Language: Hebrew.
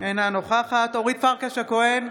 אינה נוכחת אורית פרקש הכהן,